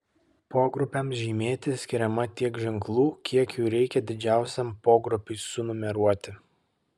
pogrupiams žymėti skiriama tiek ženklų kiek jų reikia didžiausiam pogrupiui sunumeruoti